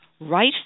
right